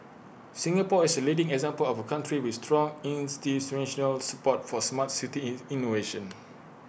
Singapore is A leading example of A country with strong institutional support for Smart City in innovation